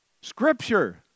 Scripture